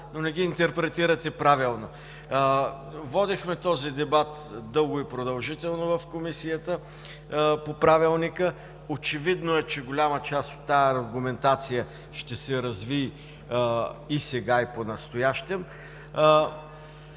но не ги интерпретирате правилно. Водехме този дебат дълго и продължително в Комисията по правилника. Очевидно е, че голяма част от тази аргументация ще се развие и сега, и понастоящем.